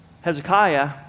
Hezekiah